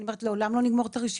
אני אומרת לעולם לא נגמור את הרשימה.